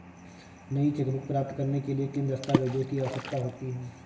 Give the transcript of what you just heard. नई चेकबुक प्राप्त करने के लिए किन दस्तावेज़ों की आवश्यकता होती है?